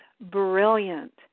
brilliant